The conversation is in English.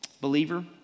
believer